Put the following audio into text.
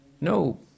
No